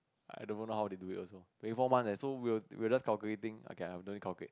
I never know how they do it also twenty four months eh so we were we were just calculating okay ah no need calculate